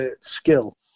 skill